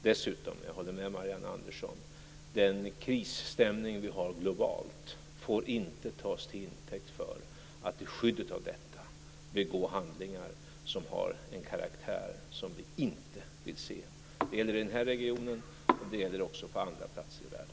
Dessutom - jag håller med Marianne Andersson - får den krisstämning vi har globalt inte tas till intäkt för handlingar som har en karaktär som vi inte vill se. Det gäller i den här regionen, och det gäller också på andra platser i världen.